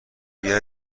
دیگری